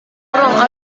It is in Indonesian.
orang